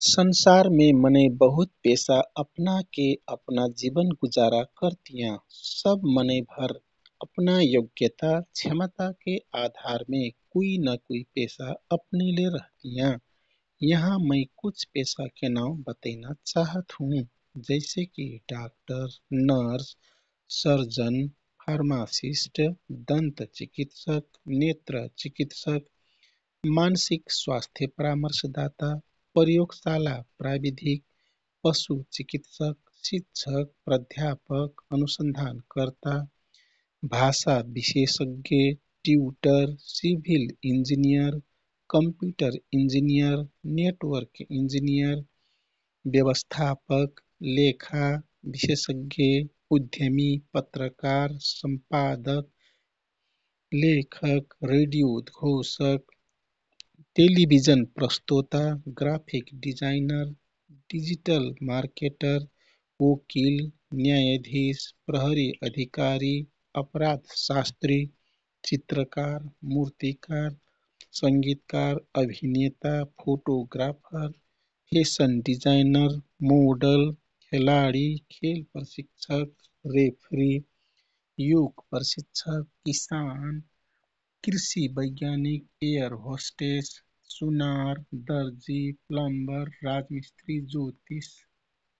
संसारमे मनै बहुत पेशा अपनाके अपना जीवन गुजारा करतियाँ। सब मनैभर अपना योग्यता क्षमताके आधारमे कुइ ना कुइ पेशा अपनैले रहतियाँ। यहाँ मै कुछ पेशाके नाउ बतैना चाहत हुँ। जैसेकि डाक्टर, नर्स, सर्जन, फार्मासिष्ट, दन्त चिकित्सक, नेत्र चिकित्सक, मानसिक स्वास्थ्य परामर्शदाता, प्रयोगशाला प्राविधिक, पशु चिकित्सक, शिक्षक, प्राध्यापक, अनुसन्धान कर्ता, भाषा विशेषज्ञ, tutor, civil engineer, computer engineer, network engineer, व्यवस्थापक, लेखा विशेषज्ञ, उद्धमी, पत्रकार, सम्पादक, लेखक, रेडियो उद्घोषक, टेलिभिजन प्रस्तोता, ग्राफिक डिजाइनर, डिजिटल मार्केटर, वकिल, न्यायधिस, प्रहरी अधिकारी, अपराध शास्त्री, चित्रकार, मूर्तिकार, संगितकार, अभिनेता, फोटोग्राफर, फेसन डिजाइनर, मोडल, खेलाडी, खेल प्रशिक्षक, रेफ्री, योग प्रशिक्षक, किसान, कृषि वैज्ञानिक, एयर होष्टेस, सुनार, दर्जि, प्लम्बर, राजमिस्त्रि, ज्योतिषी।